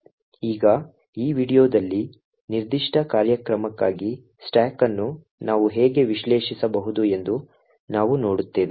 ಈಗ ಈ ವೀಡಿಯೊದಲ್ಲಿ ನಿರ್ದಿಷ್ಟ ಕಾರ್ಯಕ್ರಮಕ್ಕಾಗಿ ಸ್ಟಾಕ್ ಅನ್ನು ನಾವು ಹೇಗೆ ವಿಶ್ಲೇಷಿಸಬಹುದು ಎಂದು ನಾವು ನೋಡುತ್ತೇವೆ